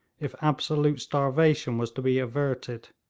if absolute starvation was to be averted.